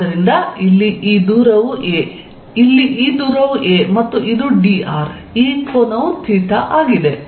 ಆದ್ದರಿಂದ ಇಲ್ಲಿ ಈ ದೂರವು a ಇಲ್ಲಿ ಈ ದೂರವು a ಮತ್ತು ಇದು dr ಈ ಕೋನವು ಥೆಟಾ ಆಗಿದೆ